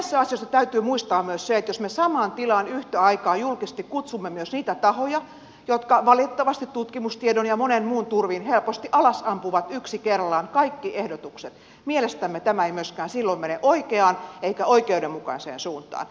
näissä asioissa täytyy muistaa myös se että jos me samaan tilaan yhtä aikaa julkisesti kutsumme myös niitä tahoja jotka valitettavasti tutkimustiedon ja monen muun turvin helposti alas ampuvat yksi kerrallaan kaikki ehdotukset niin mielestämme tämä ei myöskään silloin mene oikeaan eikä oikeudenmukaiseen suuntaan